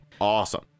awesome